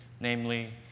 namely